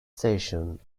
station